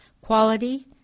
quality